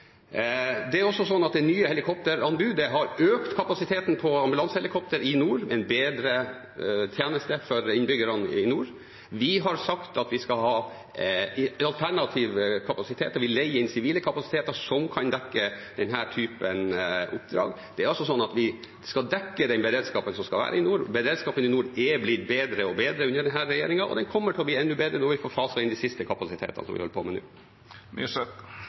Det er også slik at det er nye helikopteranbud. Det har økt kapasiteten til ambulansehelikopter i nord – en bedre tjeneste for innbyggerne i nord. Vi har sagt at vi skal ha alternative kapasiteter. Vi leier inn sivile kapasiteter som kan dekke denne typen oppdrag. Vi skal dekke den beredskapen som skal være i nord. Beredskapen i nord er blitt bedre og bedre under denne regjeringen – og den kommer til å bli enda bedre når vi får faset inn de siste kapasitetene, noe vi holder på med